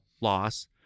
loss